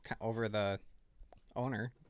over-the-owner